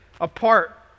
apart